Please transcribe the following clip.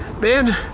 Man